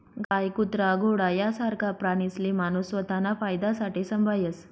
गाय, कुत्रा, घोडा यासारखा प्राणीसले माणूस स्वताना फायदासाठे संभायस